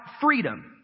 freedom